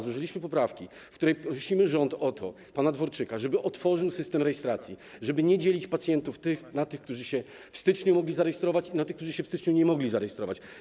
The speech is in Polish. Złożyliśmy poprawki, w których prosimy rząd, pana Dworczyka, żeby otworzył system rejestracji, żeby nie dzielić pacjentów na tych, którzy w styczniu mogli się zarejestrować, i na tych, którzy w styczniu nie mogli się zarejestrować.